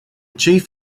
chief